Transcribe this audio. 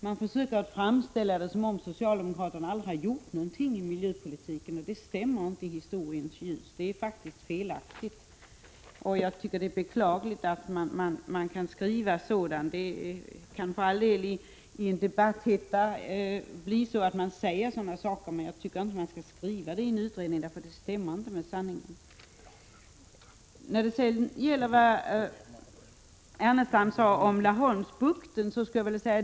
Man försöker framställa det som om socialdemokraterna aldrig har gjort någonting i miljöpolitiken. Det stämmer inte i historiens ljus. Det är faktiskt felaktigt. Det är beklagligt att man skriver sådant. Det kan för all del hända att man i debattens hetta säger sådant, men jag tycker inte att man skall skriva det i utredningen, eftersom det inte stämmer med sanningen. Lars Ernestam talar om Laholmsbukten. Det som nu utarbetats är en Prot.